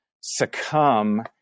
succumb